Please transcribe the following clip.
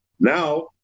Now